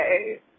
Okay